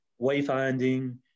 wayfinding